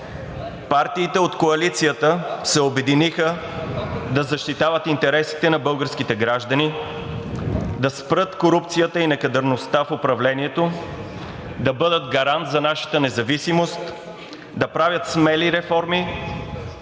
Партиите от коалицията се обединиха да защитават интересите на българските граждани, да спрат корупцията и некадърността в управлението, да бъдат гарант за нашата независимост, да правят смели реформи,